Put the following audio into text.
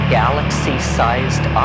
galaxy-sized